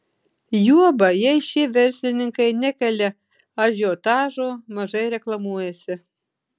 juoba jei šie verslininkai nekelia ažiotažo mažai reklamuojasi